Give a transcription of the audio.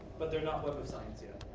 but they're not web of science yet.